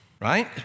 Right